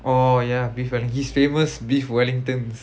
orh ya beef well~ his famous beef wellingtons